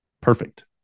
Perfect